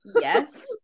yes